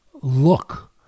look